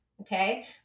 Okay